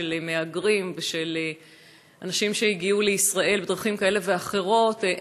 של מהגרים ושל אנשים שהגיעו לישראל בדרכים כאלה ואחרות,